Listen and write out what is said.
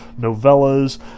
novellas